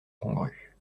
congrue